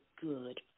good